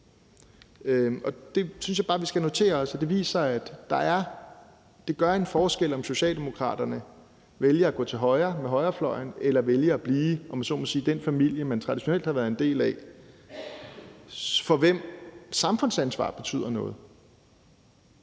det gør en forskel, om Socialdemokraterne vælger at gå til højre med højrefløjen eller vælger at blive, om jeg så må sige, i den familie, man traditionelt har været en del af, for hvem samfundsansvar betyder noget,